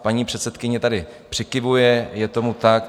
Paní předsedkyně tady přikyvuje, je tomu tak.